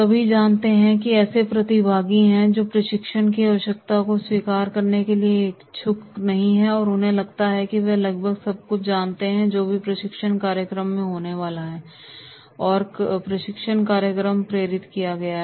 सभी जानते हैं ये ऐसे प्रतिभागी हैं जो प्रशिक्षण की आवश्यकता को स्वीकार करने के लिए इच्छुक नहीं हैं और उन्हें लगता है कि वे लगभग सब कुछ जानते हैं जो भी प्रशिक्षण कार्यक्रम में होने वाला है जिसकी और प्रशिक्षण कार्यक्रम प्रेरित किया गया है